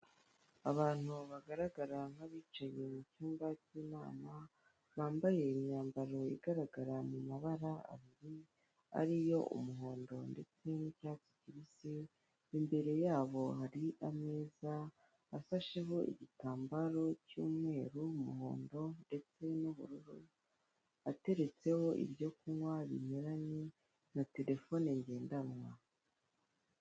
Abantu bagaragara nk'abicaye mu cyumba cy'inama bambaye imyambaro igaragara mu mabara abiri ariyo umuhondo ndetse n'icyatsi kibisi, imbere yabo hari ameza asasheho igitambaro cy'umweru, umuhondo ndetse n'ubururu ateretseho ibyo kunywa binyuranye na telefone ngendanwa.